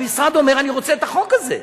המשרד אומר: אני רוצה את החוק הזה.